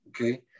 okay